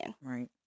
Right